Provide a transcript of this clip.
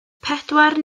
pedwar